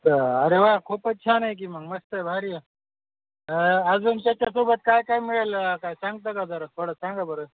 तर अरे वा खूपच छान आहे की मग मस्त आहे भारी आहे अजून त्याच्यासोबत काय काय मिळेल काय सांगता का जरा थोडं सांगा बरं